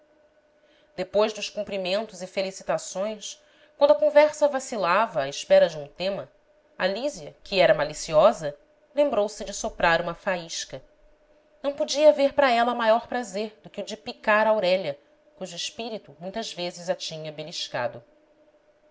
depois dos cumprimentos e felicitações quando a conversa vacilava à espera de um tema a lísia que era maliciosa lembrou-se de soprar uma faísca não podia haver para ela maior prazer do que o de picar aurélia cujo espírito muitas vezes a tinha beliscado